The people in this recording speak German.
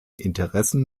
interessen